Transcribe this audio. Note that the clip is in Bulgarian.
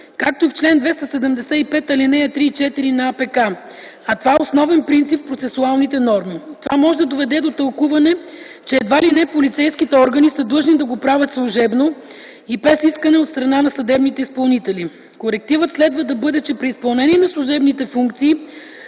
както и в чл. 275, алинеи 3 и 4 на АПК, а това е основен принцип в процесуалните норми. Това може да доведе до тълкуване, че едва ли не полицейските органи са длъжни да го правят служебно и без искане от страна на съдебните изпълнители. Корективът следва да бъде, че при изпълнение на служебните функции